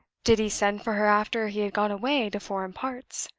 did he send for her after he had gone away to foreign parts?